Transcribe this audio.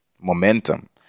momentum